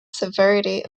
severity